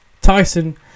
Tyson